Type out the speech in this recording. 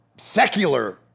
secular